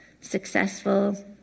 Successful